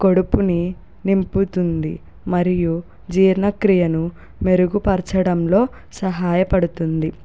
కడుపుని నింపుతుంది మరియు జీర్ణక్రియను మెరుగుపరచడంలో సహాయపడుతుంది